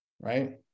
right